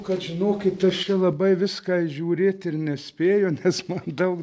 kad žinokit aš čia labai viską žiūrėt ir nespėju nes man daug